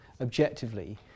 objectively